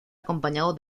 acompañado